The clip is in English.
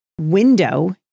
window